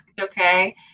okay